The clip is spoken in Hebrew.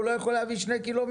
הוא לא יכול להביא 2 קילומטר?